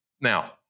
Now